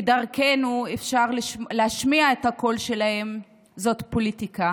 ודרכנו אפשר להשמיע את הקול שלהם, זאת פוליטיקה,